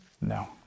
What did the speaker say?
No